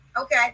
Okay